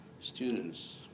students